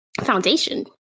foundation